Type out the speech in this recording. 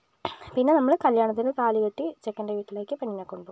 പിന്നെ നമ്മള് കല്യാണത്തിന് താലികെട്ടി ചെക്കൻ്റെ വീട്ടിലേക്ക് പെണ്ണിനെ കൊണ്ട് പോകും